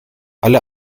alle